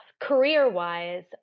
career-wise